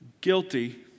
guilty